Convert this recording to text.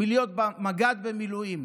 מלהיות מג"ד במילואים,